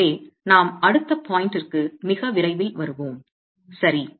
எனவே நாம் அடுத்த பாயிண்ட் ற்கு மிக விரைவில் வருவோம் சரி